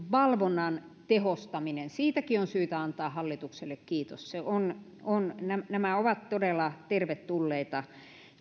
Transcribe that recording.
valvonnan tehostamisestakin on syytä antaa hallitukselle kiitos nämä nämä ovat todella tervetulleita